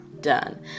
done